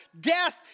death